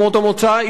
לא את האריתריאים,